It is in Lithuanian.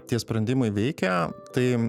tie sprendimai veikia tai